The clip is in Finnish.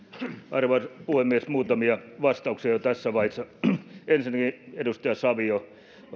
arvoisa puhemies muutamia vastauksia jo tässä vaiheessa ensinnäkin edustaja savio